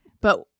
But-